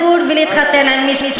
איכות ובטיחות של מוצרי תעשייה מיוצאים